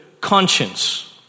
conscience